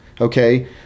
okay